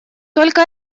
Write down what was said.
только